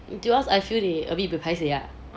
to us I feel they a bit buay paiseh lah